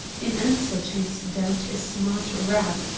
in answer to his doubt a smart rap,